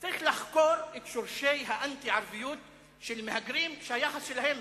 צריך לחקור את שורשי האנטי-ערביות של מהגרים שהיחס אליהם